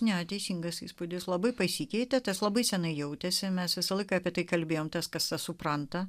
ne teisingas įspūdis labai pasikeitę tas labai seniai jautėsi mes visą laiką apie tai kalbėjome tas kas supranta